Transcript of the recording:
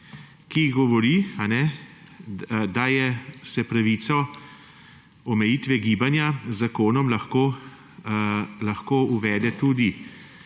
ki govori, da se pravica omejitve gibanja z zakonom lahko uvede tudi